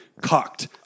cocked